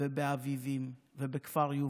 באביבים ובכפר יובל,